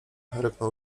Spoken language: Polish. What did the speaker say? ryknął